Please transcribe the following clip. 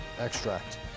extract